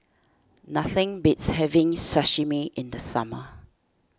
nothing beats having Sashimi in the summer